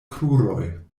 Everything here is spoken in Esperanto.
kruroj